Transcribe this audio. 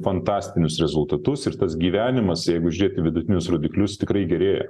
fantastinius rezultatus ir tas gyvenimas jeigu žiūrėti į vidutinius rodiklius tikrai gerėja